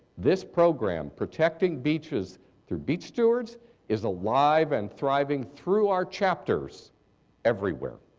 this program protecting beaches through beach stewards is alive and thriving through our chapters everywhere.